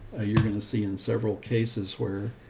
you're going to see in several cases where, ah,